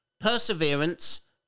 perseverance